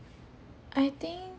I think